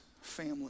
Family